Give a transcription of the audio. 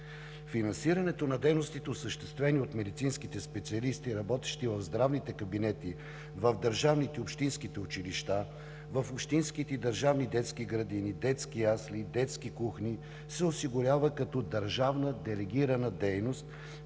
Финансирането на дейностите, осъществени от медицински специалисти, работещи в здравните кабинети, в държавните и общинските училища, в общинските и държавните детски градини, детските ясли, детските кухни се осигурява като държавна делегирана дейност